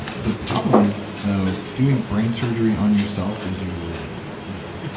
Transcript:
the problem is though, doing brain surgery on yourself is usually a bad idea